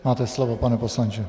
Máte slovo, pane poslanče.